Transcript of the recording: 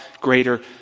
greater